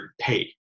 pay